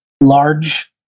large